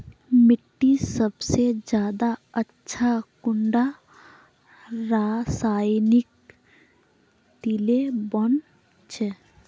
मिट्टी सबसे ज्यादा अच्छा कुंडा रासायनिक दिले बन छै?